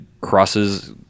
crosses